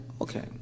Okay